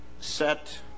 set